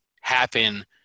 happen